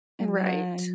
Right